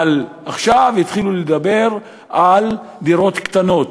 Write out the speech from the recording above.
אבל עכשיו התחילו לדבר על דירות קטנות,